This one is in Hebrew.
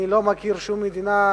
אני לא מכיר שום מדינה,